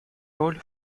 роль